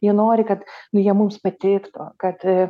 jie nori kad nu jie mums patiktų kad